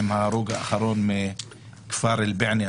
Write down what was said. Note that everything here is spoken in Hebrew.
עם ההרוג האחרון מכפר בענה,